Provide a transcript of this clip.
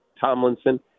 Tomlinson